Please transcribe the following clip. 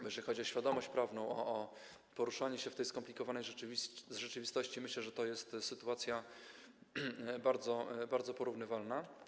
Bo jeśli chodzi o świadomość prawną, o poruszanie się w tej skomplikowanej rzeczywistości, to myślę, że to jest sytuacja bardzo, bardzo porównywalna.